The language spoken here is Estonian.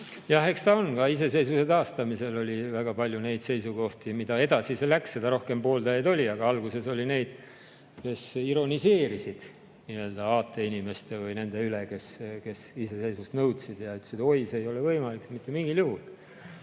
Jah, eks ta nii on. Ka iseseisvuse taastamisel oli väga palju seisukohti. Mida edasi see läks, seda rohkem pooldajaid oli, aga alguses oli neid, kes ironiseerisid nii-öelda aateinimeste või nende üle, kes iseseisvust nõudsid, ja ütlesid, et oi, see ei ole võimalik mitte mingil juhul.